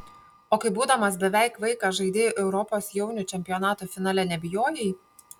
o kai būdamas beveik vaikas žaidei europos jaunių čempionato finale nebijojai